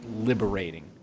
liberating